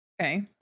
okay